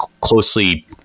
closely